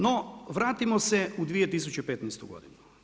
No, vratimo se u 2015.č godinu.